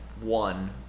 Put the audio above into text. one